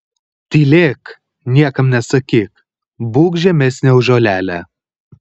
tylėk niekam nesakyk būk žemesnė už žolelę